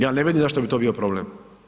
Ja ne vidim zašto bi to bio problem.